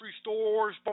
stores